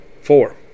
Four